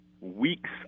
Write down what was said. weeks